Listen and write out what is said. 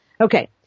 Okay